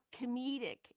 comedic